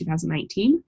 2019